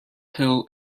hill